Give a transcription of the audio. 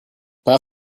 path